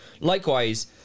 likewise